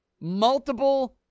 multiple